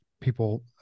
people